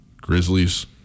Grizzlies